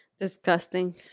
Disgusting